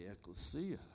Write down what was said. Ecclesia